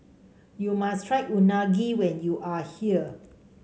you must try Unagi when you are here